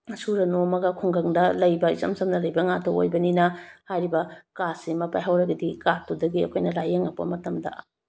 ꯁꯨꯔ ꯅꯣꯝꯃꯒ ꯈꯨꯡꯒꯪꯗ ꯂꯩꯕ ꯏꯆꯝ ꯆꯝꯅ ꯂꯩꯕ ꯉꯥꯛꯇ ꯑꯣꯏꯕꯅꯤꯅ ꯍꯥꯏꯔꯤꯕ ꯀꯥꯔꯗꯁꯤ ꯑꯃ ꯄꯥꯏꯍꯧꯔꯒꯗꯤ ꯀꯥꯔꯗꯇꯨꯗꯒꯤ ꯑꯩꯈꯣꯏꯅ ꯂꯥꯏꯌꯦꯡꯉꯛꯄ ꯃꯇꯝꯗ